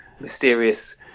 mysterious